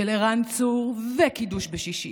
של ערן צור וקידוש בשישי,